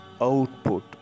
output